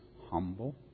humble